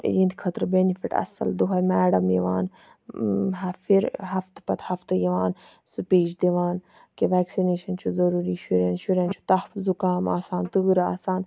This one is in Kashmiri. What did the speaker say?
یِہنٛد خٲطرٕ بینِفِٹ اَصل دۄہے میڈَم یِوان فِر ہَفتہٕ پَتہ ہَفتہٕ یِوان سپیٖچ دِوان کہِ ویٚکسِنیشَن چھُ ضوٚروٗری شُرٮ۪ن شُرٮ۪ن چھُ تَپھ زُکام آسان تۭر آسان